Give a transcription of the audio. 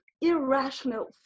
irrational